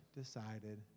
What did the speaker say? decided